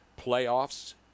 playoffs